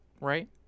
right